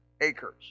acres